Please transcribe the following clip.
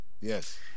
Yes